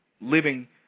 living